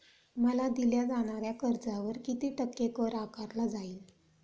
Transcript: मला दिल्या जाणाऱ्या कर्जावर किती टक्के कर आकारला जाईल?